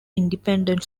independent